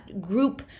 group